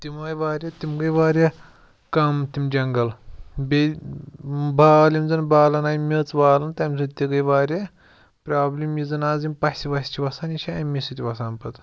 تِم آے واریاہ تِم گٔے واریاہ کَم تِم جَنٛگَل بیٚیہِ بال یِم زَن بالَن آیہِ میٚژ والَن تَمہِ سۭتۍ تہِ گٔے واریاہ پرٛابلِم یُس زَن آز یِم پَسہِ وَسہِ چھِ وَسان یہِ چھِ اَمی سۭتۍ وَسان پَتہٕ